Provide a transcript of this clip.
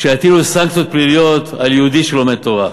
שבה יטילו סנקציות פליליות על יהודי שלומד תורה.